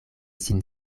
sin